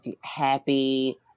happy